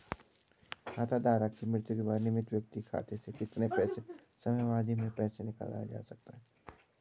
खाता धारक की मृत्यु के बाद नामित व्यक्ति खाते से कितने समयावधि में पैसे निकाल सकता है?